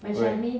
right